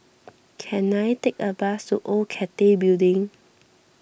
can I take a bus to Old Cathay Building